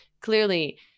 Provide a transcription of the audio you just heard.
clearly